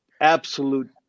Absolute